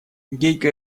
гейка